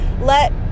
let